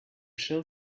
shall